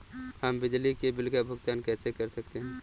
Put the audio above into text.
हम बिजली के बिल का भुगतान कैसे कर सकते हैं?